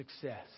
success